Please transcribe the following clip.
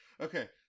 Okay